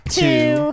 two